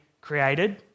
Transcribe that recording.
created